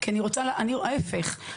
להיפך,